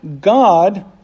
God